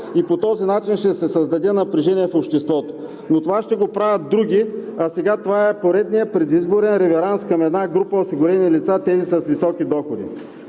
и по този начин ще се създаде напрежение в обществото. Но това ще го правят други, а сега това е поредният предизборен реверанс към една група осигурени лица – тези с високи доходи.